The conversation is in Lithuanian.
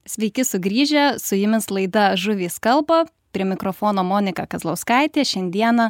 sveiki sugrįžę su jumis laida žuvys kalba prie mikrofono monika kazlauskaitė šiandieną